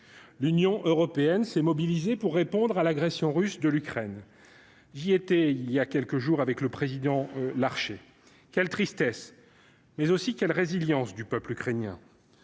l'Union européenne s'est mobilisé pour répondre à l'agression russe de l'Ukraine, j'y étais il y a quelques jours, avec le président Larché, quelle tristesse mais aussi quelle résilience du peuple ukrainien